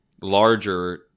larger